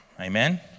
Amen